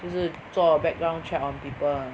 就是做 background check on people ah